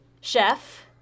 Chef